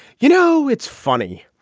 you know it's funny.